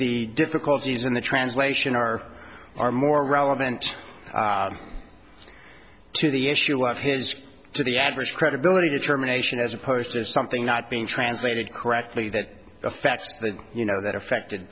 the difficulties in the translation are are more relevant to the issue of his to the average credibility determination as opposed to something not being translated correctly that affects the you know that affected